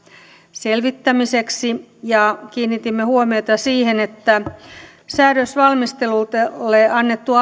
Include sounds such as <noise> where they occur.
selvittämiseksi ja kiinnitimme huomiota siihen että säädösvalmistelulle annettu <unintelligible>